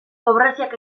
pobreziak